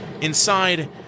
Inside